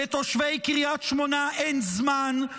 "לתושבי קריית שמונה אין זמן,